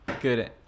good